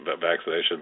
vaccination